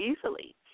easily